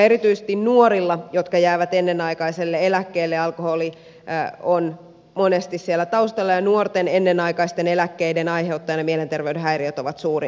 erityisesti nuorilla jotka jäävät ennenaikaiselle eläkkeelle alkoholi on monesti siellä taustalla ja nuorten ennenaikaisten eläkkeiden aiheuttajana mielenterveyden häiriöt ovat suurin syy